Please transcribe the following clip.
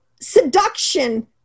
seduction